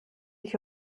ich